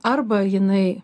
arba jinai